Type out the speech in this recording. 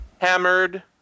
Hammered